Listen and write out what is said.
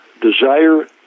Desire